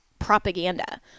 propaganda